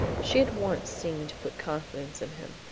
she at once seemed to put confidence in him.